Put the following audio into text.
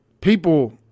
people